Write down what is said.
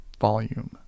volume